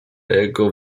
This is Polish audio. jego